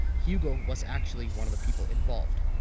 hugo was actually one of the people involved.